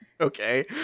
okay